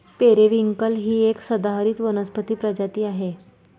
periwinkle ही एक सदाहरित वनस्पती प्रजाती आहे